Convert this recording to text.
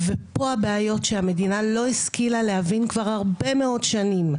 פה הבעיות שהמדינה לא השכילה להבין כבר הרבה מאוד שנים,